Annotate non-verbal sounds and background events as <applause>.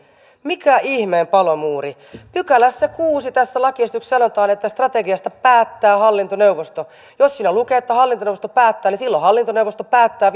mikä ihmeen palomuuri kuudennessa pykälässä tässä lakiesityksessä sanotaan että strategiasta päättää hallintoneuvosto jos siinä lukee että hallintoneuvosto päättää niin silloin hallintoneuvosto päättää <unintelligible>